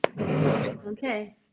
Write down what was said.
Okay